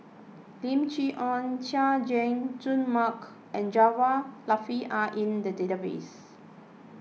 Lim Chee Onn Chay Jung Jun Mark and Jaafar Latiff are in the database